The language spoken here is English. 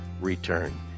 return